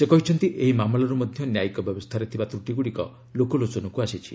ସେ କହିଛନ୍ତି ଏହି ମାମଲାରୁ ମଧ୍ୟ ନ୍ୟାୟିକ ବ୍ୟବସ୍ଥାରେ ଥିବା ତ୍ରୁଟିଗୁଡ଼ିକ ଲୋକଲୋଚନକୁ ଆସିଛି